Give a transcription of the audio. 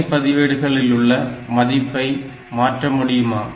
இணை பதிவேடுகளிலுள்ள மதிப்புபை மாற்றமுடியுமா